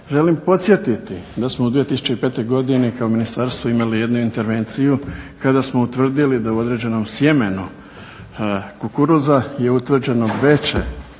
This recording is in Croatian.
Želim podsjetiti da smo u 2005. godini kao ministarstvo imali jednu intervenciju kada smo utvrdili da u određenom sjemenu kukuruza je utvrđeno veće